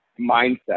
mindset